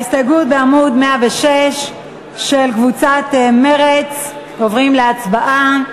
ההסתייגות בעמוד 106 של קבוצת מרצ, עוברים להצבעה.